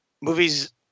Movies